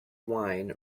wine